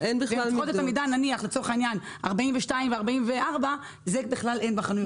ולצורך העניין צריכות מידה 42 ו-44 אין בכלל בחנויות.